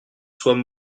soient